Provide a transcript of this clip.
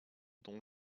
dont